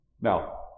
Now